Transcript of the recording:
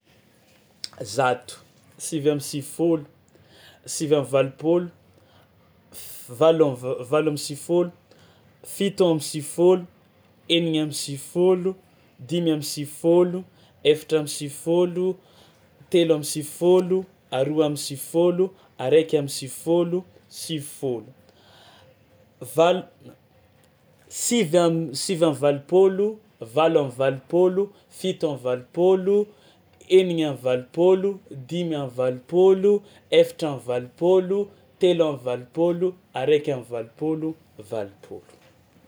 Zato, sivy amby sivifôlo, sivy amby valopôlo, f- valo am'va- valo amby sivifôlo, fito amby sivifôlo, enigna amby sivifôlo, dimy amby sivifôlo, efatra am'sivifôlo, telo am'sivifôlo, aroa am'sivifôlo, araiky am'sivifôlo, sivifôlo, val- sivy am- sivy am'valopôlo, valo am'valopôlo, fito am'valopôlo, enigna am'valopôlo, dimy am'valopôlo, efatra am'valopôlo, telo am'valopôlo, araiky am'valopôlo, valopôlo.